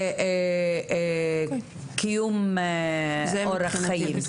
קיום אורח חיים,